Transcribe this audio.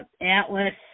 Atlas